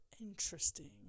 Interesting